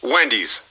Wendy's